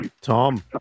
Tom